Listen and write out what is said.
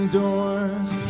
doors